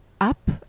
up